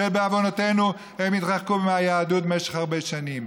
שבעוונותינו הם התרחקו מהיהדות במשך הרבה שנים.